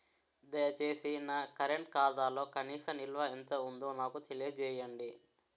దయచేసి నా కరెంట్ ఖాతాలో కనీస నిల్వ ఎంత ఉందో నాకు తెలియజేయండి